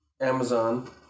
Amazon